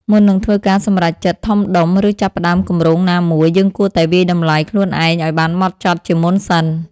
មុននឹងធ្វើការសម្រេចចិត្តធំដុំ ឬចាប់ផ្តើមគម្រោងណាមួយ យើងគួរតែវាយតម្លៃខ្លួនឯងឲ្យបានហ្មត់ចត់ជាមុនសិន។